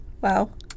Wow